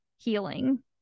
healing